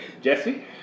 Jesse